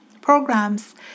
programs